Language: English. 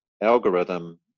algorithm